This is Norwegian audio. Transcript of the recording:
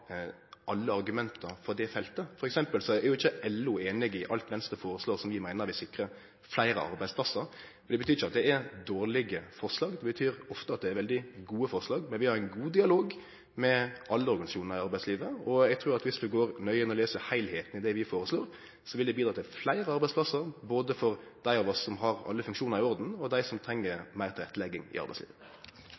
alle argumenta for det feltet. For eksempel er ikkje LO einig i alt Venstre føreslår, som vi meiner vil sikre fleire arbeidsplassar. Det betyr ikkje at det er dårlege forslag, det betyr ofte at det er veldig gode forslag. Men vi har ein god dialog med alle organisasjonar i arbeidslivet. Eg trur at viss ein går nøye inn og les heilskapen i det vi føreslår, ser ein at det vil bidra til fleire arbeidsplassar, både for dei av oss som har alle funksjonar i orden, og for dei som treng